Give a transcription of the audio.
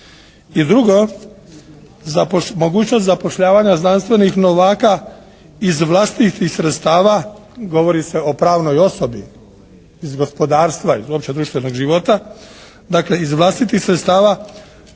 I drugo, mogućnost zapošljavanja znanstvenih novaka iz vlastitih sredstava, govori se o pravnoj osobi iz gospodarstva, iz opće društvenog života, dakle iz vlastitih sredstava,